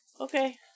Okay